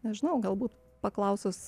nežinau galbūt paklausus